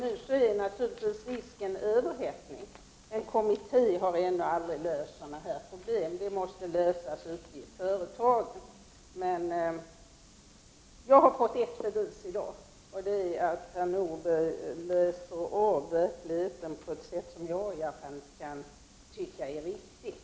Men nu föreligger en risk för överhettning av ekonomin. Man har aldrig kunnat lösa sådana här problem med en kommitté. De måste lösas ute i företagen. Men jag har i dag fått bevis för att herr Nordberg läser av verkligheten på ett sätt som i varje fall inte jag tycker är riktigt.